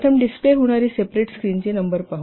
प्रथम डिस्प्ले होणारी सेपरेट स्क्रीनची नंबर पाहू